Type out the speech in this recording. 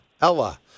Ella